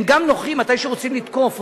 הם גם נוחים מתי שרוצים לתקוף אותם.